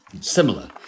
similar